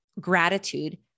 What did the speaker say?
gratitude